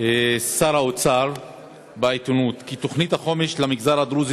שר האוצר בעיתונות כי תוכנית החומש למגזר הדרוזי